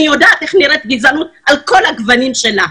אני יודעת איך נראית גזענות על כל הגוונים שלה.